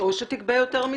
או שתגבה יותר מיסים.